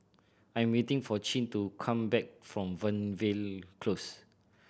I'm waiting for Chin to come back from Fernvale Close